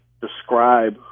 describe